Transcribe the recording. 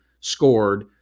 scored